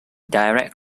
direct